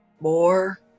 more